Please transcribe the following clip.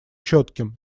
четким